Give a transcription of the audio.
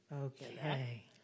Okay